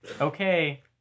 Okay